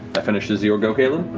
that finishes your go, caleb.